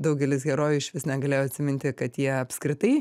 daugelis herojų išvis negalėjo atsiminti kad jie apskritai